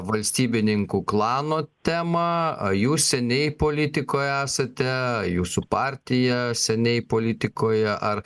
valstybininkų klano temą ar jūs seniai politikoje esate jūsų partija seniai politikoje ar